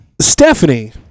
Stephanie